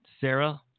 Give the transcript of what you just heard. Sarah